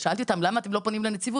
אז שאלתי אותם למה אתם לא פונים לנציבות?